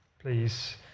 Please